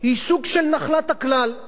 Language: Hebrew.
היא סוג של נחלת הכלל,